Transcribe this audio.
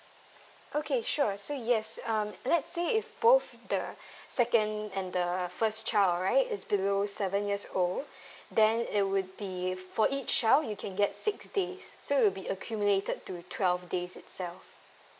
okay sure so yes um let's say if both the second and the first child right is below seven years old then it would be for each child you can get six days so it will be accumulated to twelve days itself